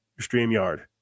StreamYard